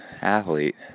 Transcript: athlete